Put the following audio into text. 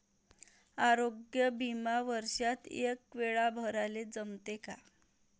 आरोग्य बिमा वर्षात एकवेळा भराले जमते का?